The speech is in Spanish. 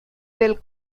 del